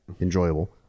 enjoyable